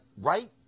right